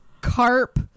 carp